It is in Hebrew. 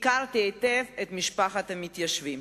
הכרתי היטב את משפחת המתיישבים.